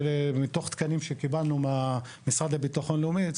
מתוך תקנים שקיבלנו מהמשרד לביטחון לאומי,